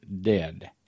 dead